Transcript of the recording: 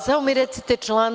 Samo mi recite član.